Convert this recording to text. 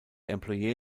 employer